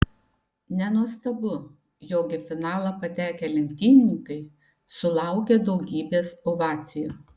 nenuostabu jog į finalą patekę lenktynininkai sulaukė daugybės ovacijų